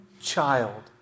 child